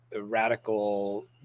radical